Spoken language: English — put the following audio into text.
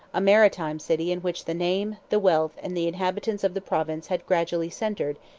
a maritime city in which the name, the wealth, and the inhabitants of the province had gradually centred,